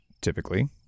Typically